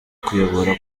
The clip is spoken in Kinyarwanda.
kuyobora